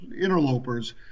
interlopers